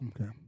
Okay